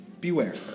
Beware